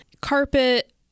carpet